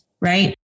Right